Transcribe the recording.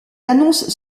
annonces